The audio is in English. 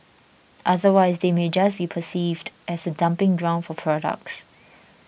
otherwise they may just be perceived as a dumping ground for products